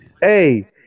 Hey